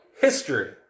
history